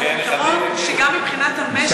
זה יתרון שגם מבחינת המשק,